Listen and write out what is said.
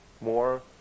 more